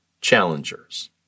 challengers